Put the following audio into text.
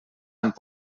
amb